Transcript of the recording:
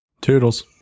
Toodles